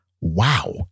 wow